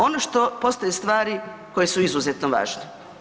Ono što postoje stvari koje su izuzetno važne.